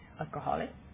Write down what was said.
Alcoholic